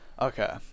Okay